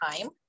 time